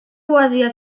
poesia